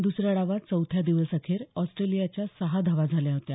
दुसऱ्या डावात चौथ्या दिवसअखेर ऑस्ट्रेलियाच्या सहा धावा झाल्या होत्या